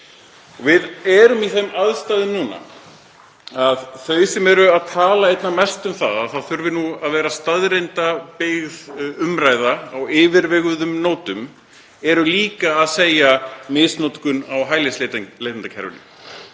Við erum í þeim aðstæðum núna að þau sem tala einna mest um að það þurfi að vera staðreyndamiðuð umræða á yfirveguðum nótum eru líka að tala um „misnotkun á hælisleitendakerfinu“